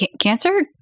Cancer